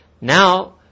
now